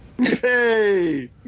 Hey